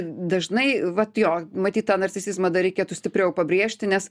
dažnai vat jo matyt tą narcisizmą dar reikėtų stipriau pabrėžti nes